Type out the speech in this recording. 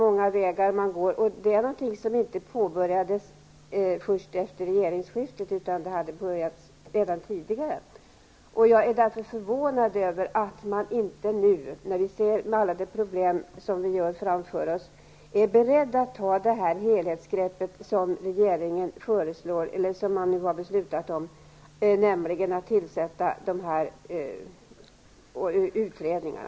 Detta är inte någonting som har påbörjats först efter regeringsskiftet, utan det hade börjat redan tidigare. Jag är förvånad över att man inte nu -- när man ser alla de problem som vi har framför oss, är beredd att ta det helhetsgrepp som regeringen har fattat beslut om, nämligen att tillsätta dessa utredningar.